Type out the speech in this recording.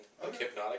hypnotic